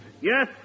Yes